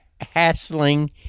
hassling